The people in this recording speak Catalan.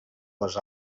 les